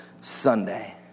Sunday